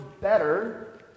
better